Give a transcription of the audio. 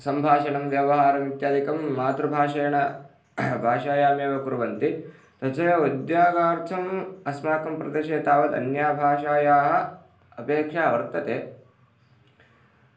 सम्भाषणं व्यवहारमित्यादिकं मातृभाषेण भाषायामेव कुर्वन्ति तथैव उद्यागार्थम् अस्माकं प्रदेशे तावत् अन्यभाषायाः अपेक्षा वर्तते